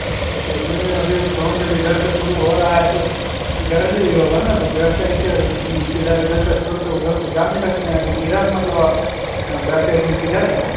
अच्छा अच्छा नहीं नहीं अभी काम जब इधर से शुरू हो रहा है तो इधर से ही होगा ना ब बैक साइड से सीधा इधर का छोड़ कर उधर तो जा नहीं सकते हैं अभी किधर मतलब आप बैक साइड में किधर हैं आप